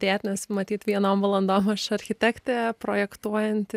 dėt nes matyt vienom valandom aš architektė projektuojanti